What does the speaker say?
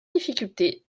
difficulté